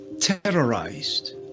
terrorized